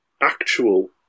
actual